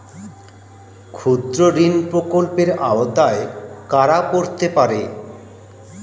ক্ষুদ্রঋণ প্রকল্পের আওতায় কারা পড়তে পারে?